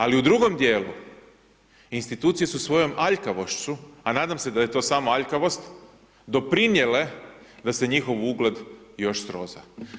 Ali u drugom dijelu, institucije su svojom aljkavošću, a nadam se da je to samo aljkavost, doprinijele da se njihov ugled još sroza.